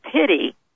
pity